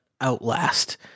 Outlast